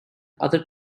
other